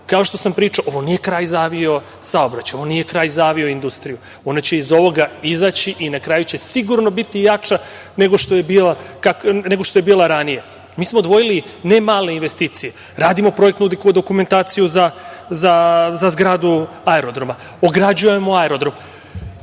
kao što sam pričao, ovo nije kraj za avio-saobraćaj, ovo nije kraj za avio-industriju, ona će iz ovoga izaći i na kraju će sigurno biti jača nego što je bila ranije. Mi smo izdvojili nemale investicije, radimo projektnu dokumentaciju za zgradu aerodroma, ograđujemo aerodrom,